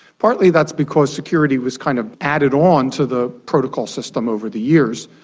partly that's because security was kind of added on to the protocol system over the years.